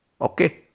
Okay